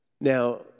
Now